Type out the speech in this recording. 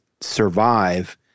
survive